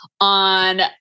on